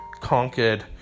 conquered